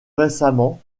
récemment